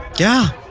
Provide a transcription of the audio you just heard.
yeah,